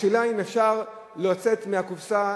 השאלה אם אפשר לצאת מהקופסה,